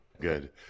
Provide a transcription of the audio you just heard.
good